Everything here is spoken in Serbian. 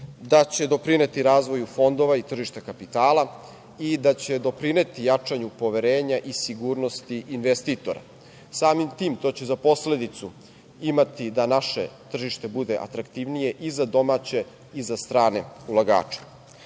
da će doprineti razvoju fondova i tržišta kapitala i da će doprineti jačanju poverenja i sigurnosti investitora. Samim tim to će za posledicu imati da naše tržište bude atraktivnije i za domaće i za strane ulagače. Drugi